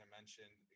mentioned